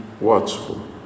watchful